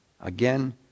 Again